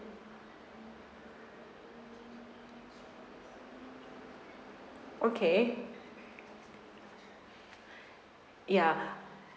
okay ya